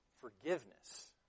forgiveness